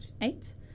Eight